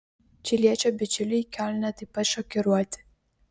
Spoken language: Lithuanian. čiliečio bičiuliai kiolne taip pat šokiruoti